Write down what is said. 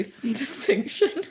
distinction